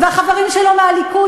והחברים שלו מהליכוד,